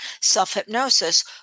self-hypnosis